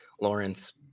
Lawrence